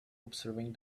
observing